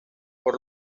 por